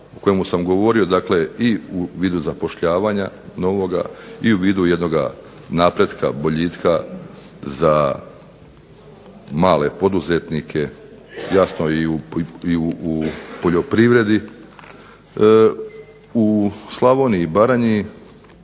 u Slavoniji i Baranji